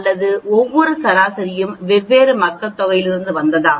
அல்லது ஒவ்வொரு சராசரி 2 வெவ்வேறு மக்கள்தொகையிலிருந்து வந்ததா